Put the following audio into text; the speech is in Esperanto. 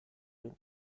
vin